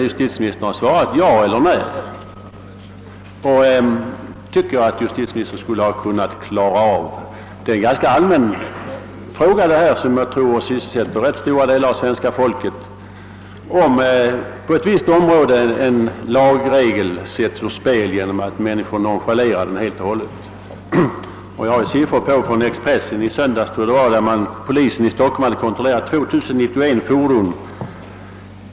Justitieministern kunde ha svarat ja eller nej — det borde han ha kunnat klara av. Frågan om följderna av att en lagregel på ett visst område sätts ur spel genom att människorna helt och hållet nonchalerar den tror jag sysselsätter stora delar av svenska folket. Enligt siffror i Expressen i söndags hade polisen i Stockholm kontrollerat 2 091 fordon.